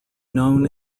known